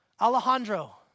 Alejandro